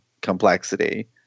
complexity